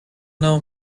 known